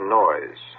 noise